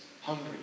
hungry